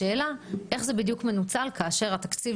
השאלה איך זה בדיוק מנוצל כאשר התקציב